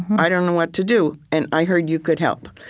i don't know what to do, and i heard you could help.